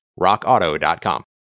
rockauto.com